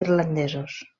irlandesos